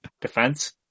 defense